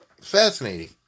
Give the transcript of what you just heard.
fascinating